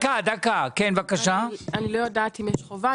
אני לא יודעת אם יש חובה,